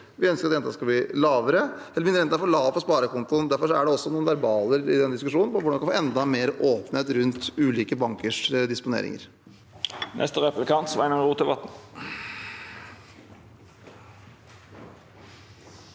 vi ønsker at renten skal bli lavere, eller at renten er for lav på sparekontoen. Derfor er det også noen verbaler i den diskusjonen, om hvordan vi kan ha enda mer åpenhet rundt ulike bankers disponeringer. Sveinung Rotevatn